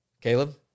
Caleb